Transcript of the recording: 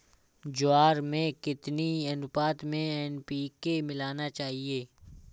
ज्वार में कितनी अनुपात में एन.पी.के मिलाना चाहिए?